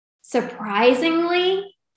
Surprisingly